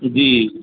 जी